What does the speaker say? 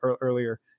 earlier